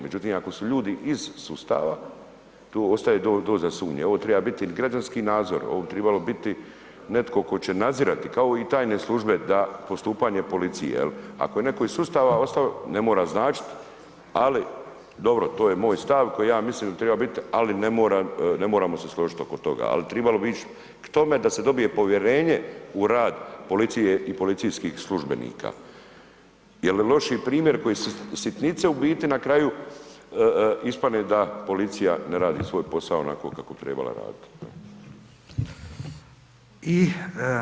Međutim, ako su ljudi iz sustava, tu ostaje doza sumnje, ovo treba biti građanski nadzor, ovo bi tribalo netko tko će nadzirati, kao i tajne službe da postupanje policije jel, ako je netko iz sustava ostao ne mora značit, ali dobro to je moj stav koji ja mislim da bi tribao bit, ali ne moramo se složit oko toga, al tribalo bi ić k tome da se dobije povjerenje u rad policije i policijskih službenika jel loši primjer koji su sitnice u biti, na kraju ispane da policija ne radi svoj posao onako kako bi trebala radit.